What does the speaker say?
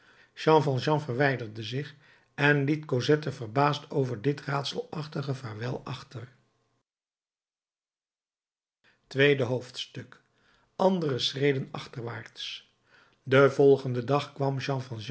jean valjean verwijderde zich en liet cosette verbaasd over dit raadselachtige vaarwel achter tweede hoofdstuk andere schreden achterwaarts den volgenden dag kwam